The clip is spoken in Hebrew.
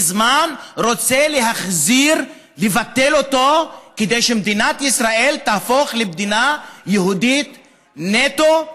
מזמן רוצה להחזיר ולבטל אותו כדי שמדינת ישראל תהפוך למדינה יהודית נטו,